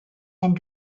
and